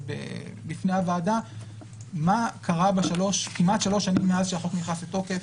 בפני הוועדה מה קרה כמעט בשלוש שנים מאז שהחוק נכנס לתוקף,